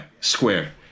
square